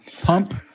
pump